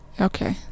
okay